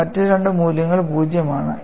മറ്റ് രണ്ട് മൂല്യങ്ങൾ 0 ആണ്